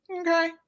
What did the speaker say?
Okay